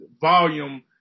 volume